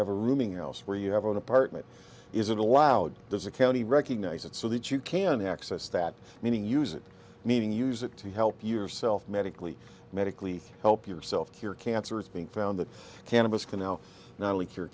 have a rooming house where you have an apartment is it allowed there's a county recognize it so that you can access that meaning use it meaning use it to help yourself medically medically help yourself cure cancer is being found that cannabis can now not only cure